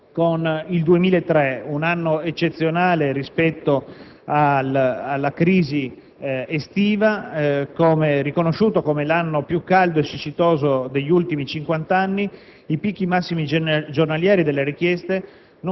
con il 2003, un anno eccezionale rispetto alla crisi estiva, riconosciuto come l'anno più caldo e siccitoso degli ultimi cinquant'anni, eppure i picchi massimi giornalieri delle richieste